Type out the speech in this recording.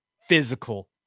physical